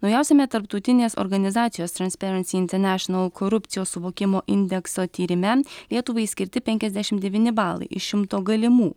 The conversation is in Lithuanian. naujausiame tarptautinės organizacijos transparency international korupcijos suvokimo indekso tyrime lietuvai skirti penkiasdešim devyni balai iš šimto galimų